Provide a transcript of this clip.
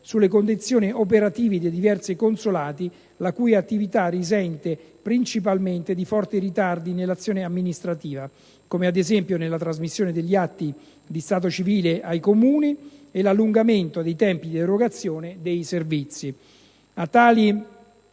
sulle condizioni operative di diversi consolati la cui attività risente principalmente di forti ritardi nell'azione amministrativa, come ad esempio nella trasmissione degli atti di stato civile ai Comuni e l'allungamento dei tempi di erogazione dei servizi.